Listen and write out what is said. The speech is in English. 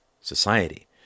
society